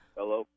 Hello